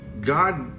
God